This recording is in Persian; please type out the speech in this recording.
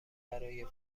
برای